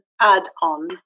add-on